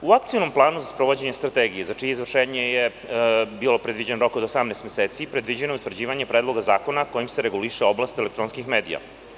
U Akcionom planu za sprovođenje Strategije za čije izvršenje je bio predviđen rok od 18 meseci, predviđeno je utvrđivanje predloga zakona kojim se reguliše oblast elektronskih medija.